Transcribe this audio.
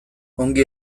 ongi